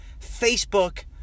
Facebook